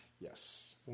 yes